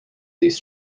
these